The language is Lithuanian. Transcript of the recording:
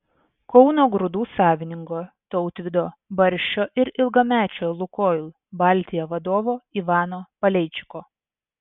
kauno grūdų savininko tautvydo barščio ir ilgamečio lukoil baltija vadovo ivano paleičiko